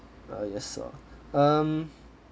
uh yes sir um